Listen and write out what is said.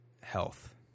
health